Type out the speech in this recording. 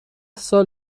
سال